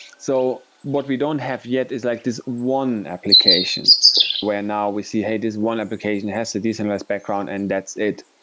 so what we don't have yet is like this one application where now we see, hey this one application has the decentralized background, and that's it.